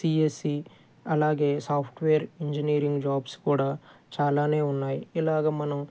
CSC అలాగే software engineering jobs కూడా చాలానే ఉన్నాయి ఇలాగా మనం